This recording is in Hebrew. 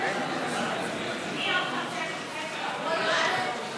יואל חסון (המחנה הציוני):